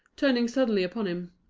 turning suddenly upon him,